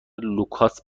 لوکاس